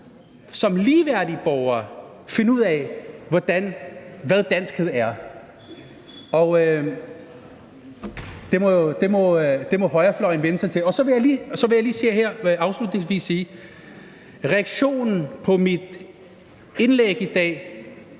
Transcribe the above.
som ligeværdige borgere finde ud af, hvad danskhed er. Og det må højrefløjen vænne sig til. Så vil jeg lige afslutningsvis sige, at reaktionen på mit indlæg i dag